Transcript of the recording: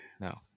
No